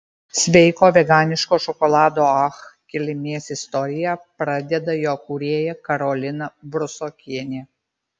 sveiko veganiško šokolado ach kilmės istoriją pradeda jo kūrėja karolina brusokienė